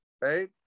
right